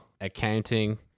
accounting